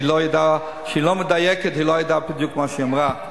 שלא מדייקת ולא יודעת בדיוק מה שהיא אמרה.